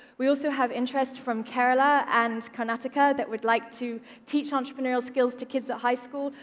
we also have interest from kerala and karnataka, that would like to teach entrepreneurial skills to kids at high school.